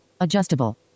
Adjustable